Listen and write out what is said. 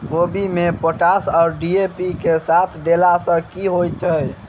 कोबी मे पोटाश आ डी.ए.पी साथ मे देला सऽ की होइ छै?